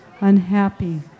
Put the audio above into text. unhappy